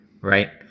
Right